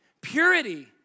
Purity